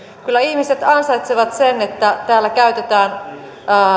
kyllä ihmiset ansaitsevat sen että täällä käytetään